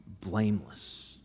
blameless